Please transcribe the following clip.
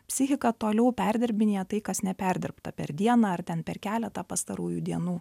psichika toliau perdirbinėja tai kas neperdirbta per dieną ar ten per keletą pastarųjų dienų